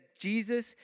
Jesus